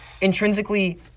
intrinsically